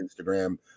Instagram